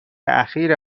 اخیر